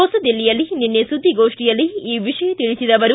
ಹೊಸದಿಲ್ಲಿಯಲ್ಲಿ ನಿನ್ನೆ ಸುದ್ದಿಗೋಷ್ಠಿಯಲ್ಲಿ ಈ ವಿಷಯ ತಿಳಿಸಿದ ಅವರು